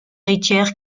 héritière